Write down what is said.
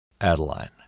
Adeline